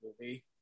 movie